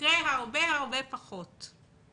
יקרה הרבה הרבה פחות?